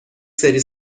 سری